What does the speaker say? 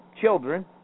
children